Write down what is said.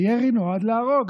הירי נועד להרוג,